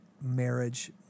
marriage